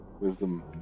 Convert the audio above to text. Wisdom